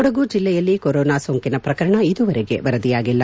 ಕೊಡಗು ಜಿಲ್ಲೆಯಲ್ಲಿ ಕೊರೊನಾ ಸೋಂಕಿನ ಪ್ರಕರಣ ಇದುವರೆಗೆ ವರದಿಯಾಗಿಲ್ಲ